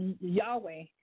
yahweh